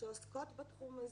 שעוסקות בתחום הזה,